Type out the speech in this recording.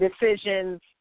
decisions